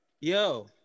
Yo